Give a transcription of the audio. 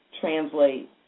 translate